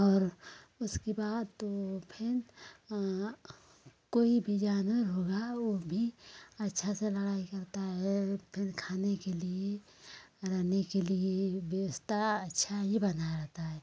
और उसके बाद तो फिर कोई भी जानवर होगा वो भी अच्छा से लड़ाई करता है फिर खाने के लिए रहने के लिए व्यवस्था अच्छा ही बना रहता है